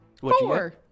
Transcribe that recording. Four